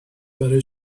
برای